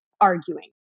arguing